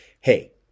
hey